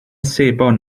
sebon